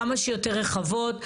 כמה שיותר רחבות.